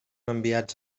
enviats